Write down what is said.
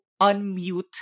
unmute